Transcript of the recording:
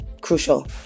crucial